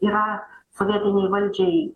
yra sovietinei valdžiai